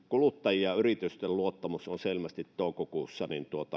kuluttajien ja yritysten luottamus toukokuussa